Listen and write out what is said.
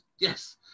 yes